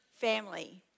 family